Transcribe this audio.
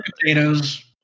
potatoes